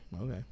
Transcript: okay